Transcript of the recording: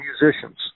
musicians